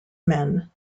men